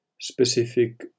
specific